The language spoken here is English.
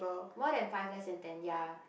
more than five less than ten ya